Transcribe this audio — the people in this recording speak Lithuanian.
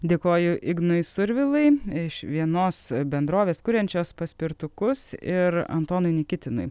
dėkoju ignui survilai iš vienos bendrovės kuriančios paspirtukus ir antonui nikitinui